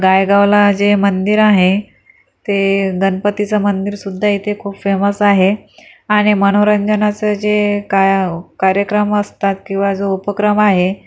गायगावला जे मंदिर आहे ते गणपतीचं मंदिर सुद्धा इथे खूप फेमस आहे आणि मनोरंजनाचं जे कार्यक्रम असतात किंवा जो उपक्रम आहे